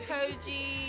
Koji